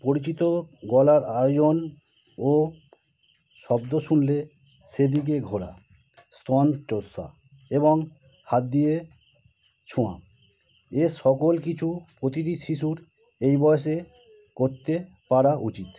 পরিচিত গলার আয়োজন ও শব্দ শুনলে সেদিকে ঘোরা স্তন চোষা এবং হাত দিয়ে ছোঁয়া এ সকল কিছু প্রতিটি শিশুর এই বয়সে করতে পারা উচিত